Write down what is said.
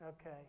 Okay